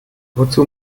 wozu